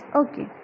okay